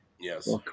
Yes